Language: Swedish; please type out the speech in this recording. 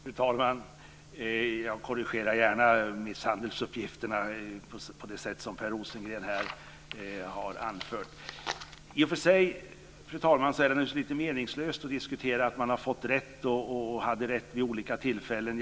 Fru talman! Jag korrigerar gärna misshandelsuppgifterna på det sätt som Per Rosengren här har anfört. I och för sig är det meningslöst att diskutera att man har fått rätt och hade rätt vid olika tillfällen.